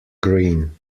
green